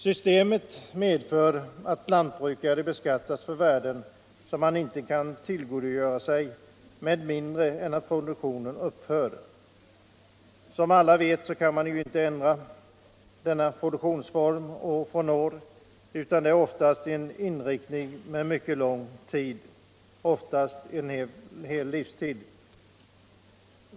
Systemet medför att lantbrukaren beskattas för värden som han inte kan tillgodogöra sig med mindre än att produktionen upphör. Som alla vet kan man inte ändra produktionens inriktning år från år, utan den är ofta densamma under mycket lång tid, oftast en hel livstid.